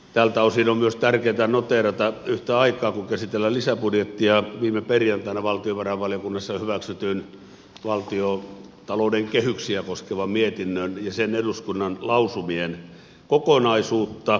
tältä osin on myös tärkeää noteerata yhtä aikaa kun käsitellään lisäbudjettia viime perjantaina valtiovarainvaliokunnassa hyväksytyn valtiontalouden kehyksiä koskevan mietinnön ja sen eduskunnan lausu mien kokonaisuutta